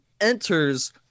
enters